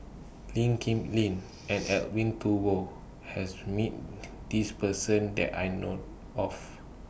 Lee Kip Lin and Edwin Thumboo has meet This Person that I know of